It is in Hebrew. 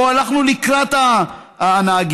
פה הלכנו לקראת הנהגים,